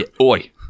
Oi